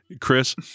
Chris